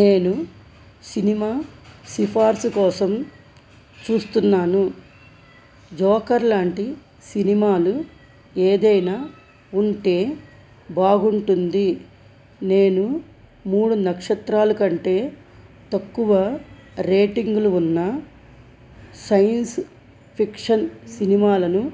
నేను సినిమా సిఫార్సు కోసం చూస్తున్నాను జోకర్ లాంటి సినిమాలు ఏదైనా ఉంటే బాగుంటుంది నేను మూడు నక్షత్రాలు కంటే తక్కువ రేటింగ్లు ఉన్న సైన్స్ ఫిక్షన్ సినిమాలను